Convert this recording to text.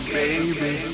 baby